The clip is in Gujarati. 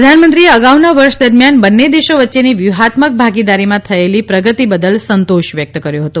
પ્રધાનમંત્રીએ અગાઉના વર્ષ દરમિયાન બંને દેશો વચ્ચેની વ્યૂહાત્મક ભાગીદારીમાં થયેલી પ્રગતિ બદલ સંતોષ વ્યકત કર્યો હતો